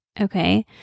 Okay